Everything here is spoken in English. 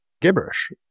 gibberish